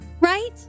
right